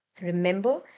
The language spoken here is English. Remember